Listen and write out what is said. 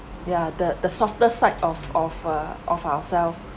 ya the the softer side of of uh of ourself